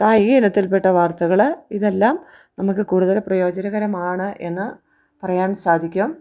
ദാ ഈ ഇനത്തിൽപ്പെട്ട വാർത്തകൾ ഇതെല്ലാം നമുക്ക് കൂടുതൽ പ്രയോജനകരമാണ് എന്നു പറയാൻ സാധിക്കും